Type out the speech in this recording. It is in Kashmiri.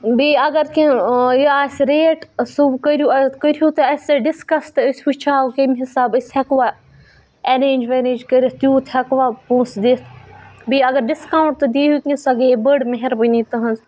بیٚیہِ اگر کیٚنٛہہ یہِ آسہِ ریٹ سُہ کٔرِو کٔرۍہو تُہۍ اَسہِ سۭتۍ ڈِسکَس تہٕ أسۍ وٕچھ ہاو کَمہِ حِسابہٕ أسۍ ہٮ۪کوا اٮ۪رینٛج وٮ۪رننٛج کٔرِتھ تیوٗت ہٮ۪کوا پونٛسہٕ دِتھ بیٚیہِ اگر ڈِسکاوُنٛٹ تہِ دِیِو کیٚنٛہہ سۄ گٔیے بٔڑ مہربٲنی تٕہٕنٛز